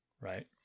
right